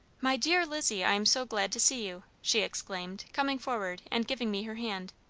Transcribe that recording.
my dear lizzie, i am so glad to see you, she exclaimed, coming forward and giving me her hand.